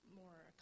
more